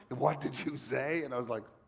what did you say? and i was like,